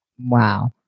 Wow